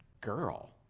girl